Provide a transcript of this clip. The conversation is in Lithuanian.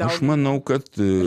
aš manau kad